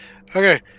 Okay